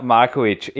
Markovic